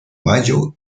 mayo